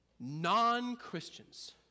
Non-Christians